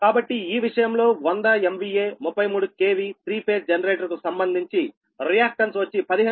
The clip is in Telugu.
కాబట్టి ఈ విషయంలో 100 MVA 33 KVత్రీ ఫేజ్ జనరేటర్ కు సంబంధించి రియాక్టన్స్ వచ్చి 15 అనగా 0